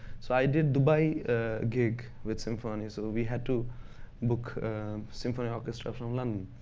so i did dubai gig with symphony so we have to book a symphony orchestra from london.